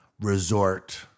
resort